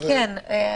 כן,